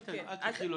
אל תקלי עליו.